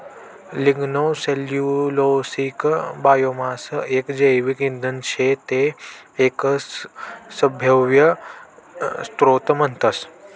lignocellulosic biomass एक जैविक इंधन शे ते एक सभव्य स्त्रोत म्हणतस